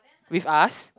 with us